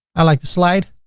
i like the slide.